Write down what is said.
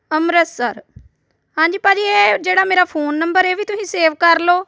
ਅੰਮ੍ਰਿਤਸਰ ਹਾਂਜੀ ਭਾਅ ਜੀ ਇਹ ਜਿਹੜਾ ਮੇਰਾ ਫੋਨ ਨੰਬਰ ਇਹ ਵੀ ਤੁਸੀਂ ਸੇਵ ਕਰ ਲਓ